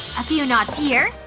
a few knots here,